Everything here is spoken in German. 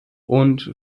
und